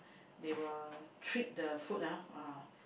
they will treat the food ah uh